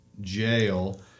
jail